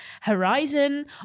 Horizon